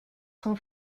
son